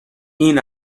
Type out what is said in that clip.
این